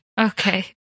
Okay